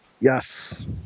Yes